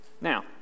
Now